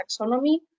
taxonomy